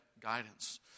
guidance